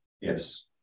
Yes